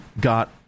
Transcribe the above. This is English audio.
got